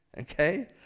Okay